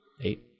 Eight